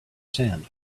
sand